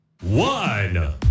One